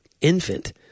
infant